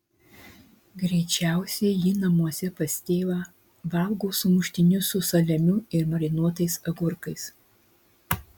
greičiausiai ji namuose pas tėvą valgo sumuštinius su saliamiu ir marinuotais agurkais